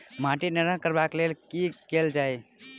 माटि नरम करबाक लेल की केल जाय?